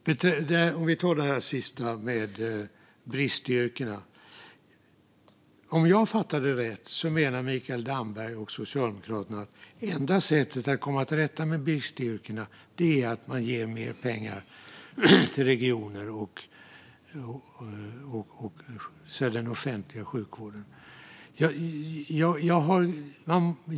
Fru talman! Jag ska ta upp det sista som Mikael Damberg tog upp, nämligen bristyrkena. Om jag fattade rätt menar Mikael Damberg och Socialdemokraterna att det enda sättet att komma till rätta med bristyrkena är att man ger mer pengar till regioner och till den offentliga sjukvården.